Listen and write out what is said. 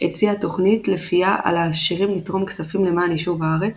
הציע תוכנית לפיה על העשירים לתרום כספים למען יישוב הארץ,